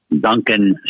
Duncan